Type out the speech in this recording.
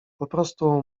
poprostu